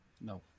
No